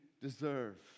deserve